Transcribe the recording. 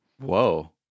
Whoa